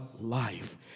life